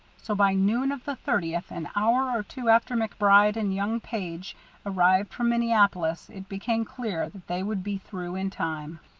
so by noon of the thirtieth, an hour or two after macbride and young page arrived from minneapolis, it became clear that they would be through in time.